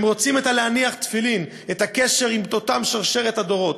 הם רוצים להניח תפילין, את הקשר עם, שרשרת הדורות.